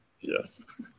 yes